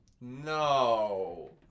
No